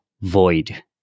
void